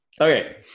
Okay